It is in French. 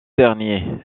derniers